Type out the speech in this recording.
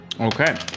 Okay